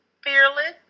Fearless